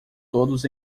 todos